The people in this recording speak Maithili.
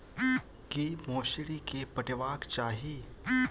की मौसरी केँ पटेबाक चाहि?